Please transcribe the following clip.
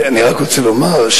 אני רק רוצה לומר,